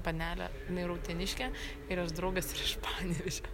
panelė jinai yra uteniškė ir jos draugas yra iš panevėžio